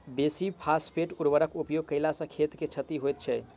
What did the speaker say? बेसी फास्फेट उर्वरकक उपयोग कयला सॅ खेत के क्षति होइत छै